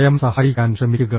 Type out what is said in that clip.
സ്വയം സഹായിക്കാൻ ശ്രമിക്കുക